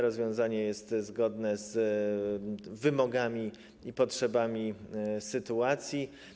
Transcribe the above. Rozwiązanie jest zgodne z wymogami i potrzebami sytuacji.